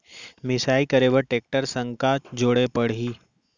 मिसाई करे बर टेकटर संग का जोड़े पड़ही?